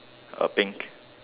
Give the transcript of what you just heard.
uh pink